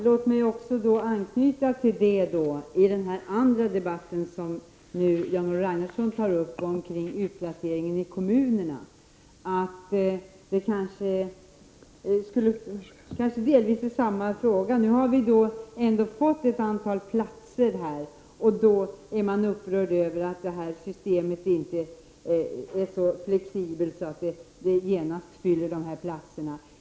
Låt mig också anknyta till det i den här andra debatten som Jan-Olof Ragnarsson tar upp kring utplaceringen i kommunerna. Det är kanske delvis samma fråga. Nu har vi ändå här fått ett antal platser, och då är man upprörd över att detta system inte är så flexibelt att de platserna genast fylls.